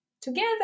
together